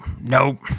nope